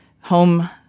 home